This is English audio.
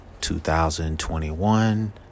2021